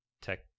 tech